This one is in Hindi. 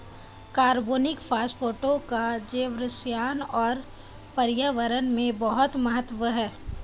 कार्बनिक फास्फेटों का जैवरसायन और पर्यावरण में बहुत महत्व है